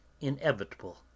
inevitable